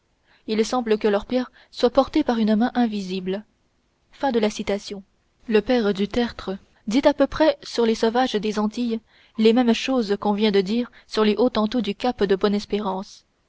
il semble que leur pierre soit portée par une main invisible le p du tertre dit à peu près sur les sauvages des antilles les mêmes choses qu'on vient de lire sur les hottentots du cap de bonne-espérance